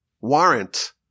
warrant